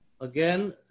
again